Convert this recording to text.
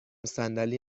صندلی